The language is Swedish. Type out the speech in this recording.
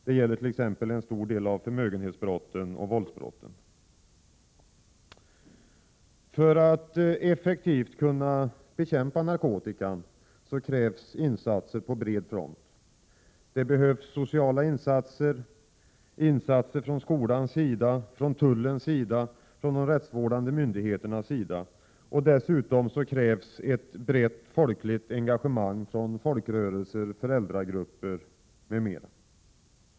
Det gäller t.ex. en stor del av förmögenhetsbrotten och våldsbrotten. För att effektivt kunna bekämpa narkotikan krävs insatser på bred front. Det behövs sociala insatser, insatser av skolan, tullen och de rättsvårdande myndigheterna. Dessutom krävs ett brett folkligt engagemang från folkrörelser, föräldragrupper m.m.